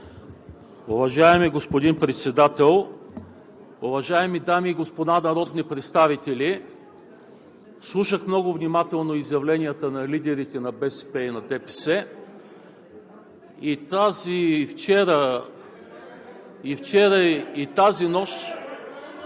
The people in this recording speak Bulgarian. Уважаеми господин Председател, уважаеми дами и господа народни представители! Слушах много внимателно изявленията на лидерите на БСП и на ДПС. И вчера, и тази нощ…